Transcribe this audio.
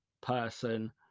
person